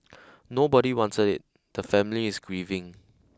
nobody wanted it the family is grieving